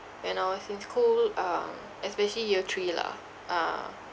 when I was in school um especially year three lah ah